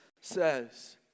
says